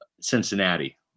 Cincinnati